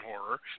horror